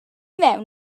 mewn